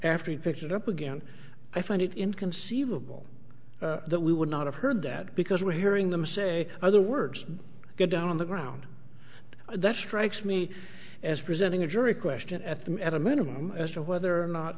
after he picked it up again i find it inconceivable that we would not have heard that because we're hearing them say other words get down on the ground that strikes me as presenting a jury question at them at a minimum as to whether or not